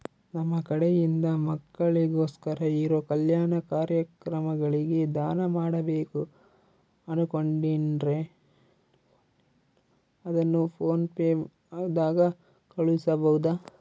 ನಮ್ಮ ಕಡೆಯಿಂದ ಮಕ್ಕಳಿಗೋಸ್ಕರ ಇರೋ ಕಲ್ಯಾಣ ಕಾರ್ಯಕ್ರಮಗಳಿಗೆ ದಾನ ಮಾಡಬೇಕು ಅನುಕೊಂಡಿನ್ರೇ ಅದನ್ನು ಪೋನ್ ಪೇ ದಾಗ ಕಳುಹಿಸಬಹುದಾ?